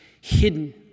hidden